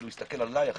הוא יסתכל עליי אחרת.